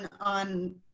on